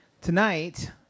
Tonight